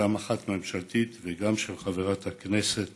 גם אחת ממשלתית וגם של חברת הכנסת